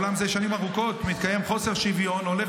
אולם זה שנים ארוכות מתקיים חוסר שוויון הולך